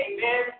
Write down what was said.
Amen